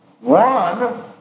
One